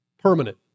permanent